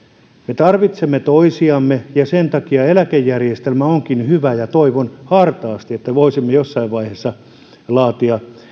me tarvitsemme toisiamme ja sen takia eläkejärjestelmä onkin hyvä toivon hartaasti että voisimme jossain vaiheessa laatia